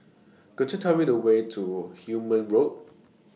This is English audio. Could YOU Tell Me The Way to Hume Avenue